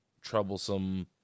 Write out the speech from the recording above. troublesome